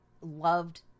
loved